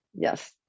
Yes